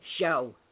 show